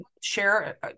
share